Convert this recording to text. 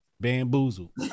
bamboozle